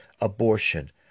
abortion